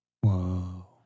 Whoa